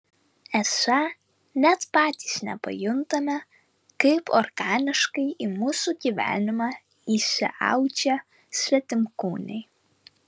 esą net patys nepajuntame kaip organiškai į mūsų gyvenimą įsiaudžia svetimkūniai